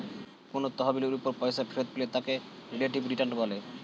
কোন তহবিলের উপর পয়সা ফেরত পেলে তাকে রিলেটিভ রিটার্ন বলে